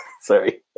Sorry